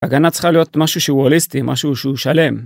הגנה צריכה להיות משהו שהוא הוליסטי, משהו שהוא שלם.